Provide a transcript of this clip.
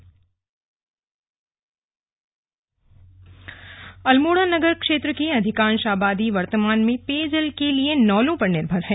पेयजल सफाई अभियान अल्मोड़ा नगर क्षेत्र की अधिकांश आबादी वर्तमान में पेयजल के लिए नौलों पर निर्भर है